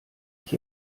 ich